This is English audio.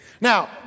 Now